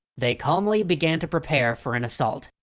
they calmly began to prepare for an assault.